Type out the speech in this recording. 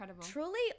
truly